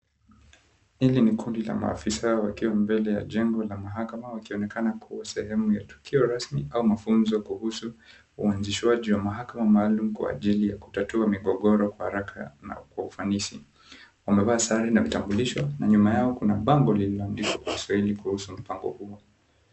Hili ni kundi la maafisa wakiwa mbele ya jengo la mahakama wakionekana kuwa sehemu ya tukio rasmi na mafunzo kuhusu uanzishwaji wa mahakama maalum kwa ajili ya kutatua migogoro kwa haraka na kwa ufanisi wamevaa sare na vitambulisho na nyuma yao kuna bango lililoandikwa kiswahili kuhusu mpango huo.